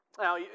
Now